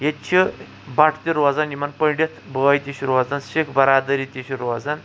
ییٚتہِ چھِ بٹہٕ تہِ روزان یِمن پنٛڈِتھ بٲے تہِ چھِ روزان سِکھ برادٔری تہِ چھِ روزان